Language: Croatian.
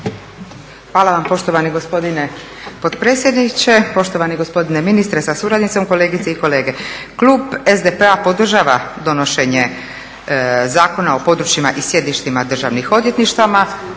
Hvala vam poštovani gospodine potpredsjedniče. Poštovani gospodine ministre sa suradnicom, kolegice i kolege. Klub SDP-a podržava donošenje Zakona o područjima i sjedištima Državnih odvjetništava,